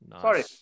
Sorry